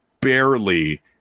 barely